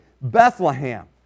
Bethlehem